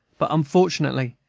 but, unfortunately,